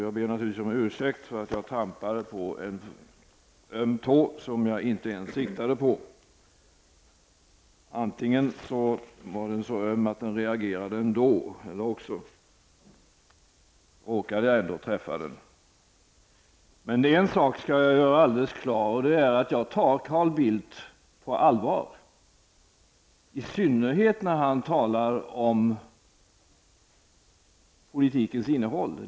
Jag ber naturligtvis om ursäkt för att jag trampade på en öm tå som jag inte ens siktade på. Antingen var den så öm att den ändå reagerade eller också råkade jag träffa den. Det är dock en sak som jag vill göra alldeles klar. Jag tar Carl Bildt på allvar, i synnerhet när han talar om politikens innehåll.